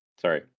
sorry